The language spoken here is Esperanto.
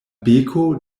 beko